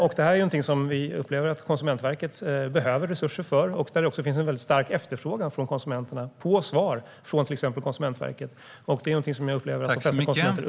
Vi upplever att det här är någonting som Konsumentverket behöver resurser för och där det finns en väldigt stark efterfrågan från konsumenterna på svar från till exempel Konsumentverket. Detta är någonting som jag upplever att de flesta konsumenter uppskattar.